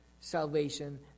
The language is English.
salvation